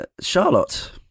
Charlotte